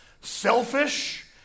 selfish